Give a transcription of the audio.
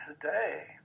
today